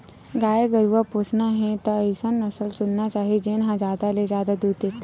गाय गरूवा पोसना हे त अइसन नसल चुनना चाही जेन ह जादा ले जादा दूद देथे